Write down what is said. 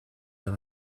dans